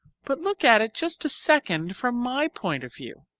but look at it just a second from my point of view.